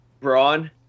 Braun